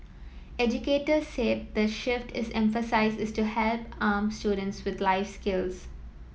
educators said the shift is emphasis is to help arm students with life skills